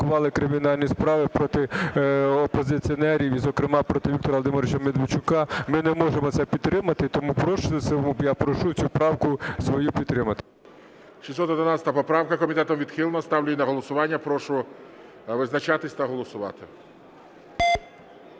611 поправка. Комітетом відхилена. Ставлю її на голосування. Прошу визначатися та голосувати.